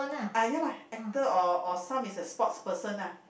ah ya lah actor or or some is a sports person lah